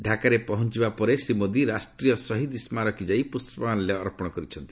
ଢାକାରେ ପହଞ୍ଚିବା ପରେ ଶ୍ରୀ ମୋଦୀ ରାଷ୍ଟ୍ରୀୟ ସହିଦ ସ୍କାରକୀ ଯାଇ ପୁଷ୍ପମାଲ୍ୟ ଅର୍ପଣ କରିଛନ୍ତି